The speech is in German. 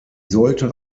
sollte